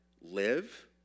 live